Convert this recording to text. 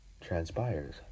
transpires